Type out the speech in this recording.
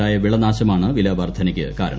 ഉണ്ടായ വിളനാശമാണ് വില വർദ്ധനയ്ക്ക് കാരണം